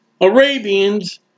Arabians